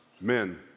Men